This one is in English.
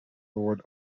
lord